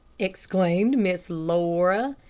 exclaimed miss laura,